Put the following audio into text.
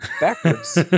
backwards